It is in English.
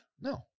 No